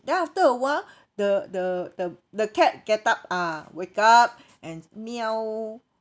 then after a while the the the the cat get up ah wake up and meow